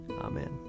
Amen